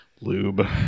lube